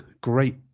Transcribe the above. great